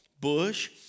bush